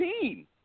team